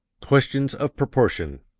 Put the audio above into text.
questions of proportion